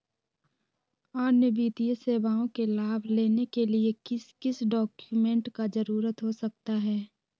अन्य वित्तीय सेवाओं के लाभ लेने के लिए किस किस डॉक्यूमेंट का जरूरत हो सकता है?